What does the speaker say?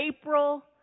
April